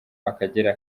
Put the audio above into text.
akagera